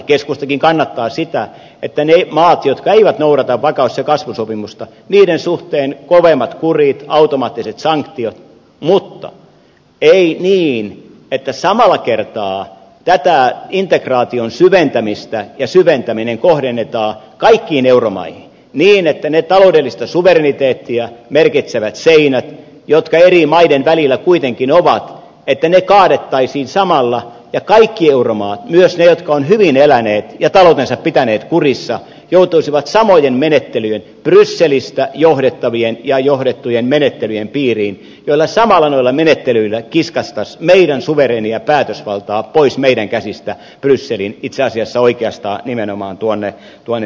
keskustakin kannattaa sitä että niiden maiden jotka eivät noudata vakaus ja kasvusopimusta suhteen kovemmat kurit automaattiset sanktiot mutta ei niin että samalla kertaa tätä integraation syventämistä ja syventäminen kohdennetaan kaikkiin euromaihin niin että ne taloudellista suvereniteettia merkitsevät seinät jotka eri maiden välillä kuitenkin ovat kaadettaisiin samalla ja kaikki euromaat myös ne jotka ovat hyvin eläneet ja taloutensa pitäneet kurissa joutuisivat samojen menettelyjen brysselistä johdettavien ja johdettujen menettelyjen piiriin joilla samalla noilla menettelyillä kiskaistaisiin meidän suvereenia päätösvaltaa pois meidän käsistämme brysseliin itse asiassa oikeastaan nimenomaan berliiniin